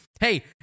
Hey